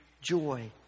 joy